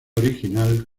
original